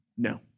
No